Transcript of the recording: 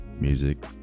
music